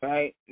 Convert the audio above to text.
Right